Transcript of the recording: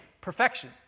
perfection